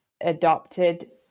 adopted